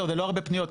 זה לא הרבה פניות,